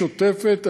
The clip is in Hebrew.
שוטפת,